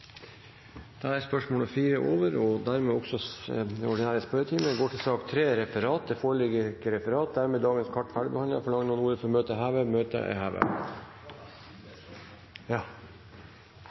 Da er sak nr. 2 er ferdigbehandlet. Det foreligger ikke noe referat. Dermed er sakene på dagens kart ferdigbehandlet. Forlanger noen ordet før møtes? – Møtet er